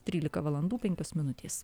trylika valandų penkios minutės